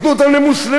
תנו אותם למוסלמים,